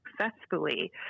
successfully